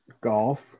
golf